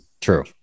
true